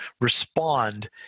respond